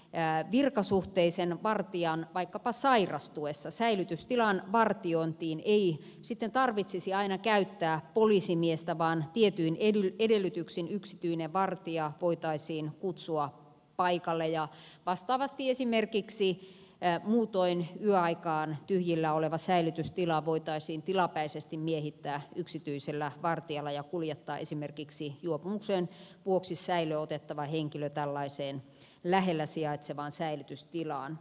esimerkiksi virkasuhteisen vartijan sairastuessa säilytystilan vartiointiin ei sitten tarvitsisi aina käyttää poliisimiestä vaan tietyin edellytyksin yksityinen vartija voitaisiin kutsua paikalle ja vastaavasti esimerkiksi muutoin yöaikaan tyhjillään oleva säilytystila voitaisiin tilapäisesti miehittää yksityisellä vartijalla ja kuljettaa esimerkiksi juopumuksen vuoksi säilöön otettava henkilö tällaiseen lähellä sijaitsevaan säilytystilaan